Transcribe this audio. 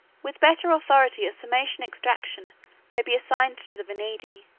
with better authority, a sarmatian extraction may be assigned to the venedi,